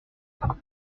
trois